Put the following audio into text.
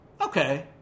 okay